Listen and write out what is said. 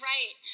Right